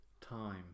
time